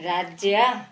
राज्य